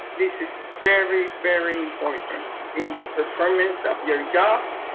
this is very, very important in the performance of your job,